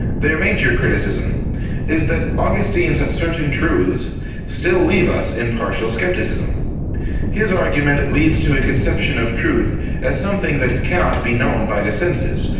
their major criticism is that augustine's certain truths still leave us in partial skepticism his argument leads to a conception of truth as something that cannot be known the senses,